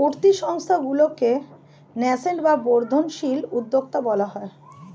উঠতি সংস্থাগুলিকে ন্যাসেন্ট বা বর্ধনশীল উদ্যোক্তা বলা হয়